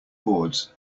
boards